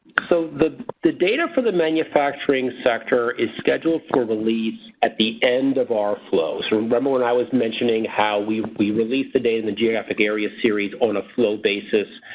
so the the data for the manufacturing sector is scheduled for release at the end of our flow. so remember when i was mentioning how we we release the data in the geographic area series on a flow basis.